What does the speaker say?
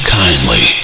kindly